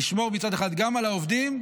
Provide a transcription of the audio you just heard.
נשמור מצד אחד גם על העובדים,